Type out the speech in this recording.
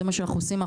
זה מה שאנחנו עושים.